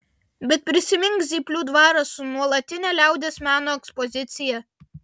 bet prisimink zyplių dvarą su nuolatine liaudies meno ekspozicija